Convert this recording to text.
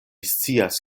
scias